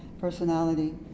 personality